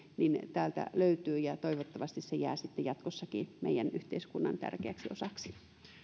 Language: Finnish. täältä löytyy toivottavasti se jää sitten jatkossakin meidän yhteiskuntamme tärkeäksi osaksi